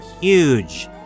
huge